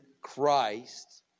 Christ